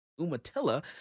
Umatilla